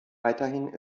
weiterhin